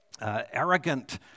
Arrogant